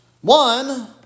One